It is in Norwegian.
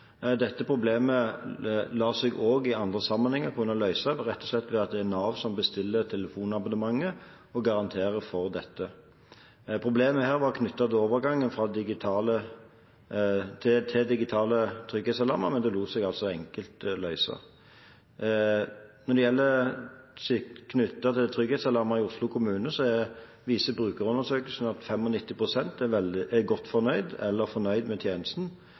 Dette problemet lar seg også i andre sammenhenger løse rett og slett ved at det er Nav som bestiller telefonabonnementet og garanterer for dette. Problemet her var knyttet til overgangen til digitale trygghetsalarmer, men det lot seg altså enkelt løse. Når det gjelder trygghetsalarmer i Oslo kommune, viser brukerundersøkelsene at 95 pst. er godt fornøyd eller fornøyd med tjenesten.